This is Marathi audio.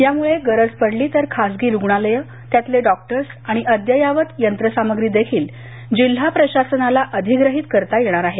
यामुळे गरज पडली तर खासगी रुग्णालयं त्यातले डॉक्टर आणि अद्ययावत यंत्रसामग्री देखील जिल्हा प्रशासनाला अधिग्रहित करता येणार आहे